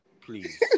Please